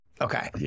Okay